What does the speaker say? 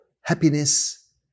happiness